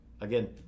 again